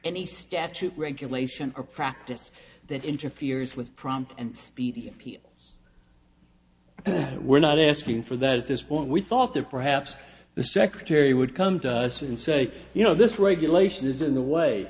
any statute regulation or practice that interferes with prompt and people's we're not asking for that at this point we thought that perhaps the secretary would come to us and say you know this regulation is in the way